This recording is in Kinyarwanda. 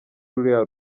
ruriya